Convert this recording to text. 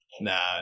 Nah